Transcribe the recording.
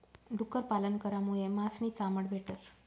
डुक्कर पालन करामुये मास नी चामड भेटस